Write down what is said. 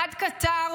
חד כתער,